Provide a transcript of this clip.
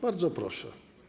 Bardzo proszę.